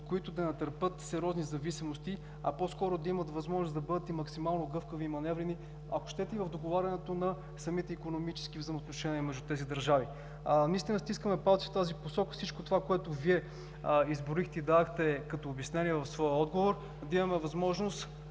от които да не търпят сериозни зависимости, а по-скоро да имат възможност да бъдат и максимално гъвкави и маневрени, ако щете и в договарянето на самите икономически взаимоотношения между тези държави. Наистина стискаме палци в тази посока всичко това, което Вие изброихте и дадохте като обяснение в своя отговор, да имаме възможност